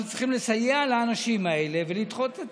אנחנו צריכים לסייע לאנשים האלה ולדחות את